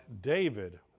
David